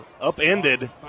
upended